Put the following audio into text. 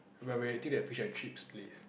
when we're eating that fish and chips place